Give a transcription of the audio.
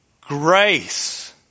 grace